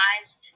lives